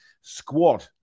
squad